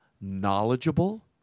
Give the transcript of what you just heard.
knowledgeable